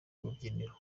rubyiniro